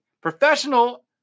professional